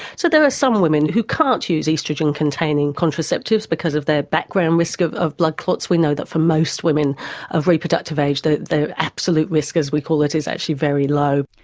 so there are some women who can't use oestrogen-containing contraceptives because of their background risk of of blood clots. we know that for most women of reproductive age the absolute risk, as we call it, is actually very low.